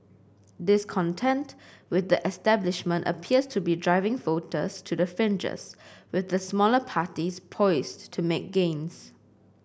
discontent with the establishment appears to be driving voters to the fringes with the smaller parties poised to make gains